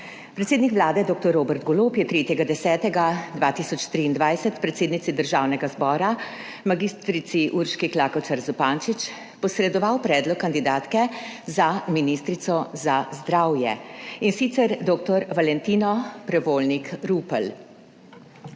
Predsednik Vlade dr. Robert Golob, je 3. 10. 2023, predsednici Državnega zbora, mag. Urški Klakočar Zupančič posredoval predlog kandidatke za ministrico za zdravje in sicer,, dr. Valentin Prevolnik Rupel,